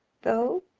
though,